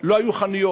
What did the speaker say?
לא היו פתוחות